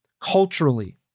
culturally